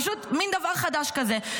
פשוט מין דבר חדש כזה.